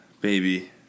baby